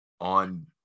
on